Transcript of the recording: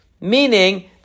Meaning